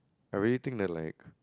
I really think that like